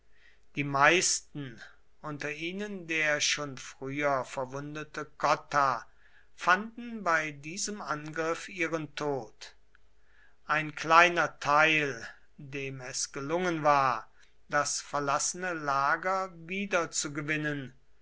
die meisten unter ihnen der schon früher verwundete cotta fanden bei diesem angriff ihren tod ein kleiner teil dem es gelungen war das verlassene lager